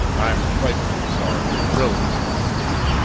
i'm frightfully sorry really, said he.